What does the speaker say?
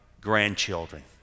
grandchildren